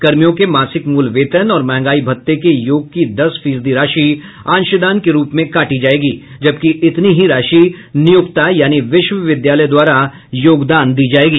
कर्मियों के मासिक मूल वेतन और मंहगाई भत्ते के योग की दस फीसदी राशि अंशदान के रूप में काटी जायेगी जबकि इतनी ही राशि नियोक्ता यानि विश्वविद्यालय द्वारा योगदान दी जायेगी